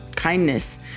kindness